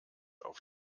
auf